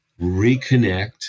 reconnect